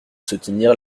soutenir